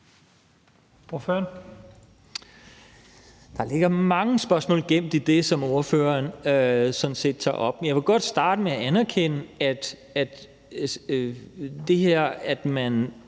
sådan set mange spørgsmål gemt i det, som ordføreren tager op. Jeg vil godt starte med at anerkende, at det her, at man